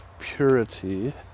purity